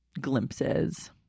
glimpses